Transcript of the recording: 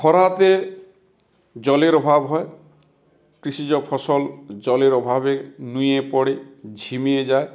খরাতে জলের অভাব হয় কৃষিজ ফসল জলের অভাবে নুয়ে পড়ে ঝিমিয়ে যায়